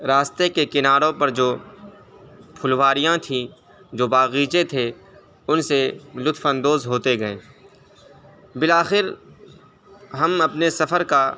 راستے کے کناروں پر جو پھلواریاں تھیں جو باغیچے تھے ان سے لطف اندوز ہوتے گئے بالآخر ہم اپنے سفر کا